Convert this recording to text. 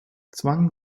zwangen